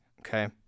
Okay